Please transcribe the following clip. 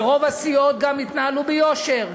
ורוב הסיעות גם התנהלו ביושר,